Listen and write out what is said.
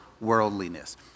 worldliness